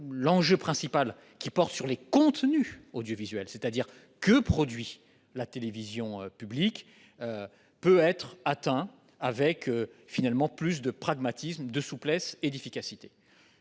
l'enjeu principal, qui porte sur les contenus audiovisuels- que produit la télévision publique ? -peut être abordé avec plus de pragmatisme, de souplesse et d'efficacité.